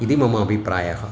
इति मम अभिप्रायः